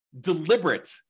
deliberate